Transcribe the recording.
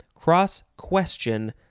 cross-question